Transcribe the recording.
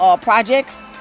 projects